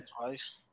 Twice